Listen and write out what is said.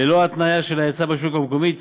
ללא התניה של ההיצע בשוק המקומי.